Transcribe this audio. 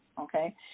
okay